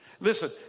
Listen